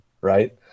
right